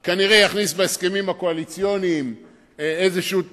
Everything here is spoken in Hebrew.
זאת כנראה יכניס בהסכמים הקואליציוניים תנאי,